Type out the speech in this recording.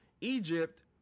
Egypt